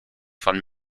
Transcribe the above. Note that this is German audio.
von